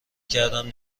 کردم